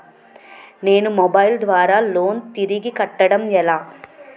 నేను మొబైల్ ద్వారా లోన్ తిరిగి కట్టడం ఎలా?